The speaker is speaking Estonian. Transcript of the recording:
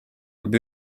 peab